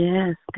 Yes